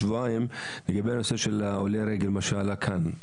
תשובה לגבי הנושא של עולי הרגל, מה שעלה כאן.